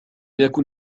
يكن